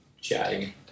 chatting